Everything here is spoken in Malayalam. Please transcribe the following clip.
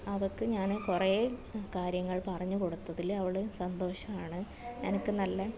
അവൾക്ക് ഞാൻ കുറേ കാര്യങ്ങൾ പറഞ്ഞു കൊടുത്തതിൽ അവൾ സന്തോഷമാണ് എനിക്ക് നല്ല